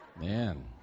Man